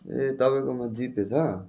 ए तपाईँकोमा जिपे छ